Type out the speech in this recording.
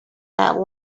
that